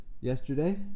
Yesterday